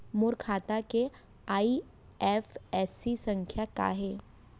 मोर खाता के आई.एफ.एस.सी संख्या का हे?